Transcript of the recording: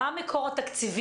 מה המקור התקציבי?